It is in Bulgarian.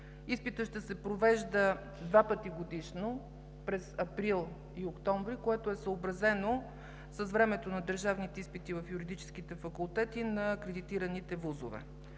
Изпитът ще се провежда два пъти годишно – през април и октомври, което е съобразено с времето на държавните изпити в юридическите факултети на акредитираните ВУЗ-ове.